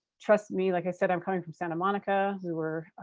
trust me. like i said i'm coming from santa monica. we were